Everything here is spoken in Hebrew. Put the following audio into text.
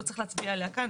לא צריך להצביע עליה כאן.